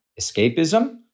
escapism